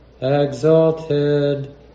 exalted